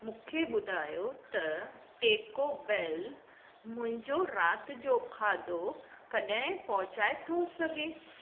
मूंखे ॿुधायो त टेको बैल मुंहिंजो राति जो खाधो कॾहिं पहुचाए थो सघे